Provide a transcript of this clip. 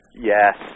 Yes